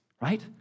right